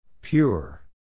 Pure